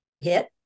hit